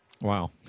Wow